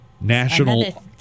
National